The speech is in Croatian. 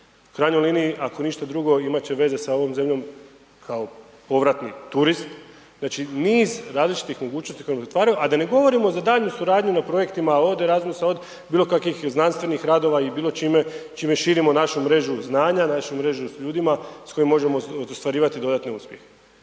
krajnjoj liniji ako ništa drugo imat će veze sa ovom zemljom kao povratni turist, znači niz različitih mogućnosti …/Govornik se ne razumije/…, a da ne govorimo za daljnju suradnju na projektima od Erazmusa od bilo kakvih znanstvenih radova i bilo čime, čime širimo našu mrežnu znanja, našu mrežu s ljudima s kojim možemo ostvarivati dodatne uspjehe